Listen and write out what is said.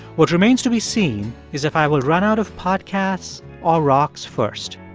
what remains to be seen is if i will run out of podcasts or rocks first.